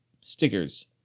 stickers